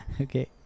Okay